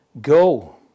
go